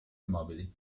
immobili